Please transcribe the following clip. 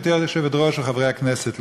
גברתי היושבת-ראש וחברי הכנסת,